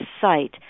site